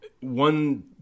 one